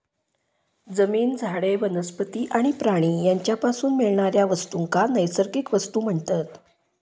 जमीन, झाडे, वनस्पती आणि प्राणी यांच्यापासून मिळणाऱ्या वस्तूंका नैसर्गिक वस्तू म्हणतत